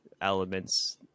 elements